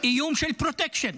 איום של פרוטקשן,